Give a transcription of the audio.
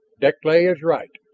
deklay is right.